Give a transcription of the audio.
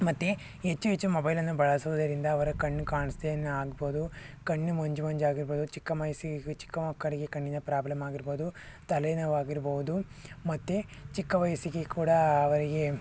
ಮತ್ತು ಹೆಚ್ಚು ಹೆಚ್ಚು ಮೊಬೈಲನ್ನು ಬಳಸುವುದರಿಂದ ಅವರ ಕಣ್ಣು ಕಾಣಿಸ್ದೇನು ಆಗ್ಬೋದು ಕಣ್ಣು ಮಂಜು ಮಂಜಾಗಿರ್ಬೋದು ಚಿಕ್ಕ ಮಯಸ್ಸಿಗೆ ಚಿಕ್ಕ ಮಕ್ಕಳಿಗೆ ಕಣ್ಣಿನ ಪ್ರಾಬ್ಲಮ್ಮಾಗಿರ್ಬೋದು ತಲೆ ನೋವಾಗಿರ್ಬೋದು ಮತ್ತು ಚಿಕ್ಕ ವಯಸ್ಸಿಗೆ ಕೂಡ ಅವರಿಗೆ